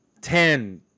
Ten